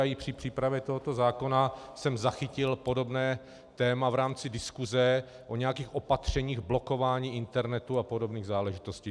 A i při přípravě tohoto zákona jsem zachytil podobné téma v rámci diskuse o nějakých opatřeních blokování internetu a podobných záležitostí.